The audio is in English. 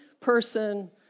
person